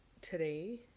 today